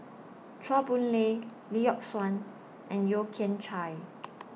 Chua Boon Lay Lee Yock Suan and Yeo Kian Chai